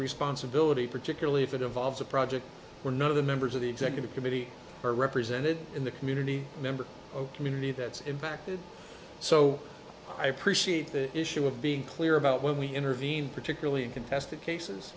responsibility particularly if it involves a project where none of the members of the executive committee are represented in the community member community that's impacted so i appreciate the issue of being clear about when we intervene particularly in contested cases